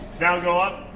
now go up.